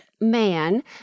man